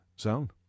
zone